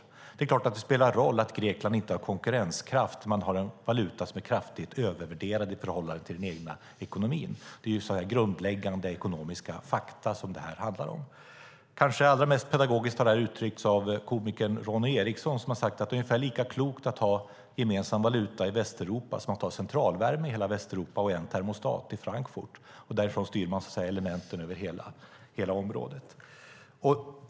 Och det är klart att det spelar roll att Grekland inte har någon konkurrenskraft och har en valuta som är kraftigt övervärderad i förhållande till den egna ekonomin. Det är grundläggande ekonomiska fakta som det här handlar om. Kanske allra mest pedagogiskt har det här uttryckts av komikern Ronny Eriksson, som har sagt att det är ungefär lika klokt att ha gemensam valuta i Västeuropa som att ha centralvärme i hela Västeuropa och en termostat i Frankfurt, varifrån man styr elementen över hela området.